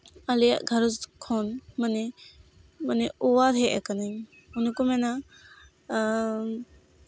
ᱟᱞᱮᱭᱟᱜ ᱜᱷᱟᱨᱚᱸᱡᱽ ᱠᱷᱚᱱ ᱢᱟᱱᱮ ᱢᱟᱱᱮ ᱳᱣᱟᱨ ᱦᱮᱡ ᱠᱟᱱᱟᱹᱧ ᱚᱱᱮ ᱠᱚ ᱢᱮᱱᱟ